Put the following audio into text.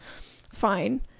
fine